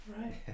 right